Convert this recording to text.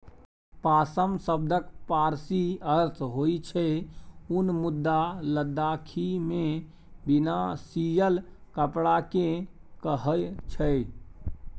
पाश्म शब्दक पारसी अर्थ होइ छै उन मुदा लद्दाखीमे बिना सियल कपड़ा केँ कहय छै